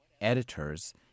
editors